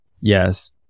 Yes